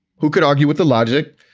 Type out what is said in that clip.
who could argue with the logic?